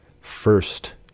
First